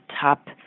top